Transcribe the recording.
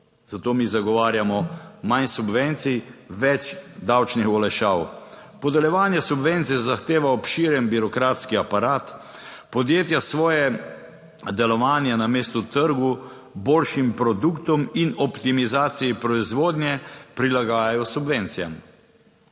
zato mi zagovarjamo manj subvencij, več davčnih olajšav. Podeljevanje subvencij zahteva obširen birokratski aparat podjetja svoje delovanje namesto trgu, boljšim produktom in optimizaciji proizvodnje prilagajajo subvencijam.